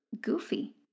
goofy